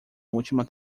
última